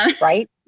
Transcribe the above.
Right